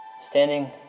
standing